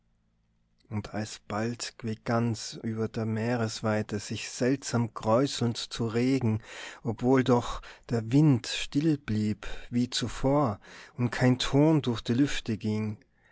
und alsbald begann's über der meeresweite sich seltsam kräuselnd zu regen obwohl doch der wind still blieb wie zuvor und kein ton durch die lüfte ging